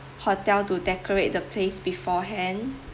hotel to decorate the place beforehand